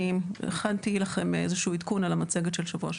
אני הכנתי לכם איזשהו עדכון על המצגת של שבוע שעבר.